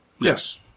Yes